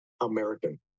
American